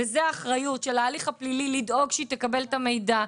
וזאת האחריות של ההליך הפלילי לדאוג שהיא תקבל את המידע,